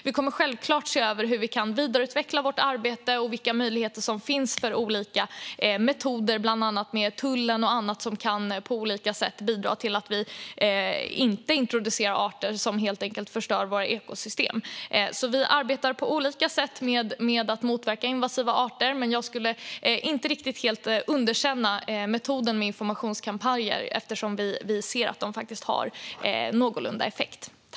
Vi kommer självklart att se över hur vi kan vidareutveckla vårt arbete och vilka möjligheter som finns att med olika metoder, bland annat med hjälp av tullen, på olika sätt bidra till att arter som förstör våra ekosystem inte introduceras. Vi arbetar alltså på olika sätt med att motverka invasiva arter. Jag skulle inte helt underkänna metoden med informationskampanjer eftersom vi ser att de faktiskt har någorlunda bra effekt.